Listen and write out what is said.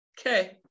okay